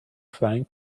flying